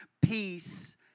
peace